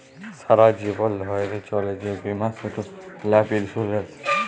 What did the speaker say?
সারা জীবল ধ্যইরে চলে যে বীমা সেট লাইফ ইলসুরেল্স